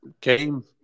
game